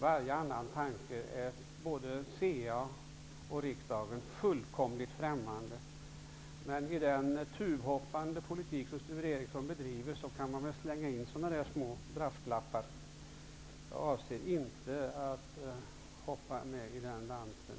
Varje annan tanke är fullkomligt främmande för både CA och riksdagen. Men i den ''tuvhoppande'' politik som Sture Ericson bedriver går det väl att slänga in sådana brasklappar. Jag avser inte att hoppa med i den dansen.